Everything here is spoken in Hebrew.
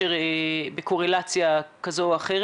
לרבות בנושא בריאות הנפש באופן כללי